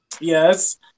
Yes